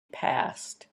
passed